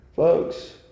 Folks